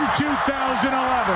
2011